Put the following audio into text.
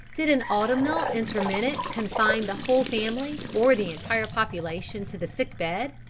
did an autumnal intermittent confine the whole family, or the entire population to the sick bed,